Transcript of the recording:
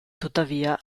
tuttavia